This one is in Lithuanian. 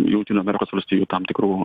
jungtinių amerikos valstijų tam tikrų